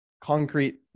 concrete